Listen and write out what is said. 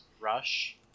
Rush